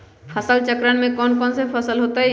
फसल चक्रण में कौन कौन फसल हो ताई?